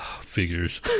Figures